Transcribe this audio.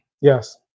Yes